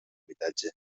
habitatge